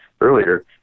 earlier